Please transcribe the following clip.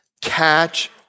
catch